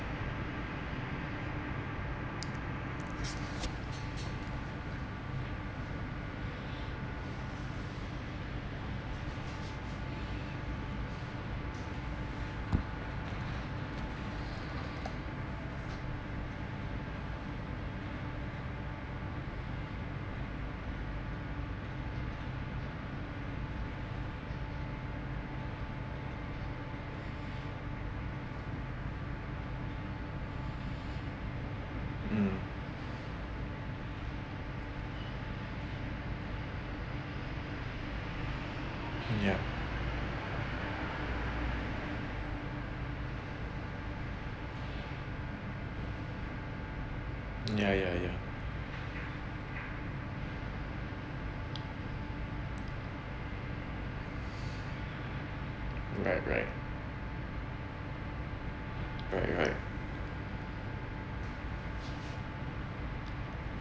mm yup ya ya ya right right right right